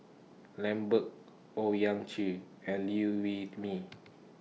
Lambert Owyang Chi and Liew Wee Mee